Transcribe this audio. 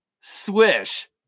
swish